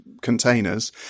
containers